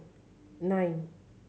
nine